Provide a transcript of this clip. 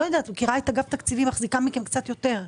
אני מכירה את אגף התקציבים ומחזיקה מכם קצת יותר.